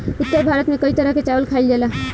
उत्तर भारत में कई तरह के चावल खाईल जाला